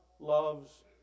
loves